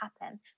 happen